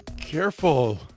Careful